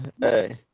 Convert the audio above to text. hey